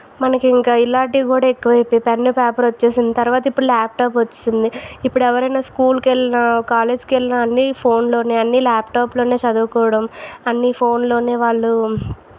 మనకి ఇంకా ఇలాటివి కూడా ఎక్కువ అయిపోయి పెన్ను పేపర్ వచ్చేసింది తర్వాత ఇప్పుడు ల్యాప్టాప్ వచ్చేసింది ఇప్పుడు ఎవరన్నా స్కూలుకు వెళ్ళిన కాలేజీకి వెళ్ళిన అన్ని ఫోన్లోనే అన్నీ ల్యాప్టాప్లోనే చదువుకోవడం అన్నీ ఫోన్లోనే వాళ్ళు